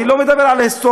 אני לא מדבר על ההיסטוריה,